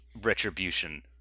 retribution